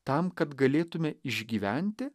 tam kad galėtume išgyventi